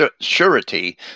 surety